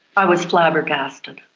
i was flabbergasted.